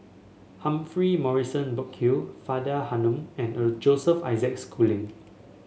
Humphrey Morrison Burkill Faridah Hanum and a Joseph Isaac Schooling